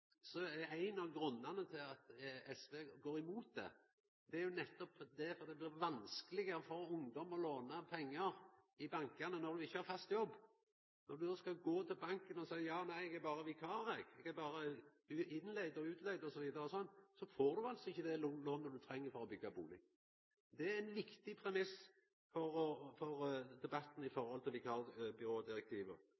er ein av grunnane til at SV går imot det, at det er vanskelegare for ungdom å låna pengar i bankane når dei ikkje har fast jobb. Når du skal gå til banken og seia at eg er berre vikar, eg er berre leigd inn og leigd ut, osv. – då får du ikkje det lånet du treng for å byggja bustad. Det er ein viktig premiss for debatten om vikarbyrådirektivet. Og det er viktig for SV at i